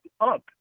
up